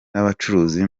n’abacuruzi